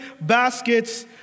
baskets